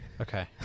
Okay